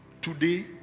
Today